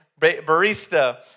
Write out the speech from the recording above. Barista